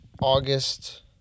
August